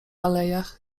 alejach